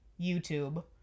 YouTube